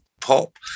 pop